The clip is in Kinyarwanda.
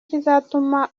kizatuma